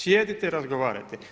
Sjedite i razgovarajte.